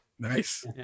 Nice